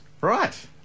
right